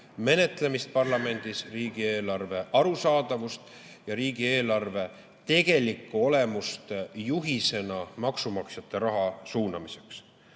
menetlemist parlamendis, riigieelarve arusaadavust ja riigieelarve tegelikku olemust juhisena maksumaksjate raha suunamiseks,